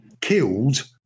killed